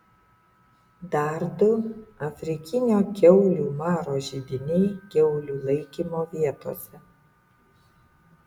dar du afrikinio kiaulių maro židiniai kiaulių laikymo vietose